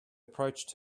approached